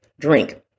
drink